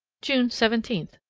june seventeen.